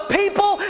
people